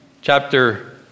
chapter